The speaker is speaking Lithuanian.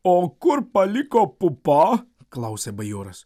o kur paliko pupa klausia bajoras